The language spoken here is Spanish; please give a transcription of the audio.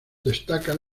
destacan